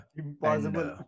impossible